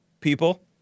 people